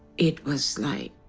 it was like.